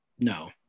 no